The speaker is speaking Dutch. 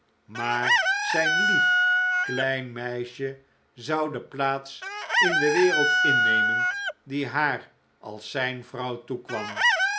maar zijn lief klein meisje zou de plaats in de wereld innemen die haar als zijn vrouw toekwam